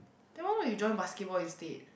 then why not you join basketball instead